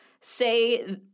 say